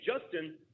Justin